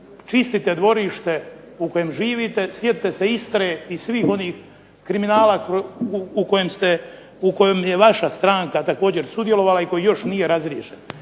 čistite dvorište u kojem živite, sjetite se Istre i svih onih kriminala u kojem je vaša stranka također sudjelovala i koji još nije razriješen,